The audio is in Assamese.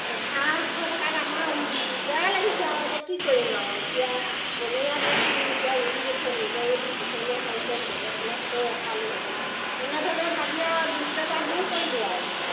নহা হৈ থকাত আমাৰ বেয়া লাগিছে আৰু এতিয়া কি কৰিম আৰু এতিয়া বনৰীয়া বস্তু এতিয়া উৰি গৈছে নিজৰ যদি পোহনীয়া হ'লহেঁতেন যেন তেনেহ'লেও ৰখালোঁহেতেন তেনেধৰণে ভাবি আৰু দুখ বেজাৰ দূৰ কৰিলোঁ আৰু